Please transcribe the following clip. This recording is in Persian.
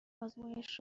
آزمایش